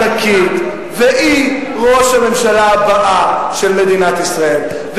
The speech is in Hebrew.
והיא ראש הממשלה הבאה של מדינת ישראל.